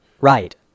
Right